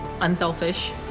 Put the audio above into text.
unselfish